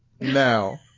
now